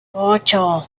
ocho